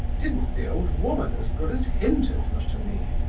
didn't the old woman as good as hint as much to me?